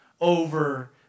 over